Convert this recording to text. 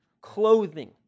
clothing